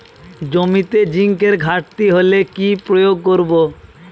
জমিতে জিঙ্কের ঘাটতি হলে কি প্রয়োগ করব?